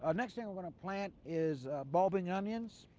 ah next thing we're going to plant is bulbing onions.